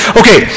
okay